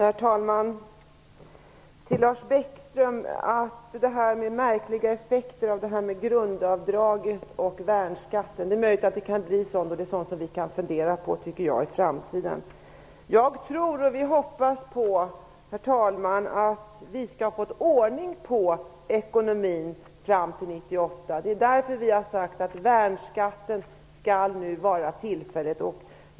Herr talman! Lars Bäckström talar om märkliga effekter av grundavdraget och värnskatten. Det är möjligt att det kan bli sådana. Det är sådant som vi kan fundera på i framtiden. Jag hoppas på att vi skall få ordning på ekonomin fram till år 1998. Det är därför vi har sagt att värnskatten skall gälla tillfälligt.